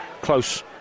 close